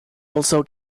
also